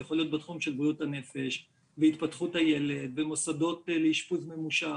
יכול להיות בתחום של בריאות הנפש והתפתחות הילד ומוסדות לאשפוז ממושך